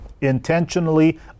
intentionally